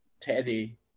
Teddy